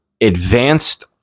advanced